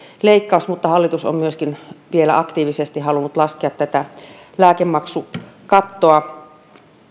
leikkaus mutta hallitus on myöskin vielä aktiivisesti halunnut laskea tätä lääkemaksukattoa